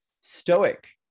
Stoic